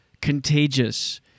contagious